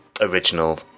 original